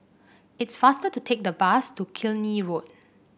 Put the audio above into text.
it's faster to take the bus to Killiney Road